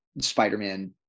Spider-Man